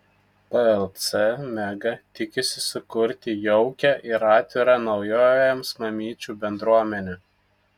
plc mega tikisi sukurti jaukią ir atvirą naujovėms mamyčių bendruomenę